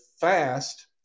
fast